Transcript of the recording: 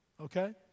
okay